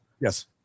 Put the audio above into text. Yes